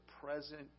present